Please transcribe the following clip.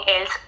else